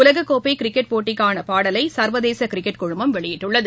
உலகக் கோப்பை கிரிக்கெட் போட்டிக்கான பாடலை சர்வதேச கிரிக்கெட் குழுமம் வெளியிட்டுள்ளது